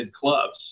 clubs